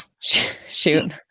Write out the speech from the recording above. shoot